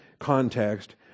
context